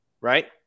Right